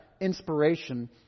inspiration